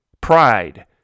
Pride